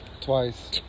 twice